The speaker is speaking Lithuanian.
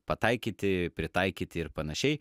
pataikyti pritaikyti ir panašiai